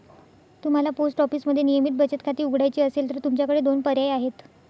तुम्हाला पोस्ट ऑफिसमध्ये नियमित बचत खाते उघडायचे असेल तर तुमच्याकडे दोन पर्याय आहेत